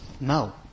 No